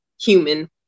human